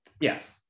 Yes